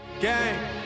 gang